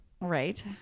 Right